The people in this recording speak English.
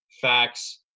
facts